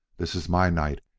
this is my night,